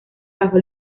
bajo